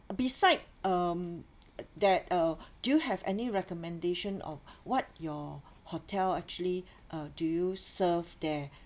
beside um that uh do you have any recommendation of what your hotel actually uh do you serve there